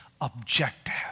objective